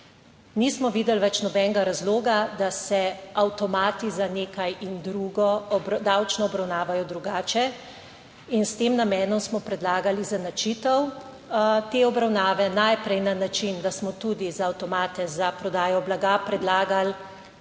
Nismo videli več nobenega razloga, da se avtomati za nekaj in drugo davčno obravnavajo drugače. In s tem namenom smo predlagali izenačitev te obravnave, najprej na način, da smo tudi za avtomate za prodajo blaga predlagali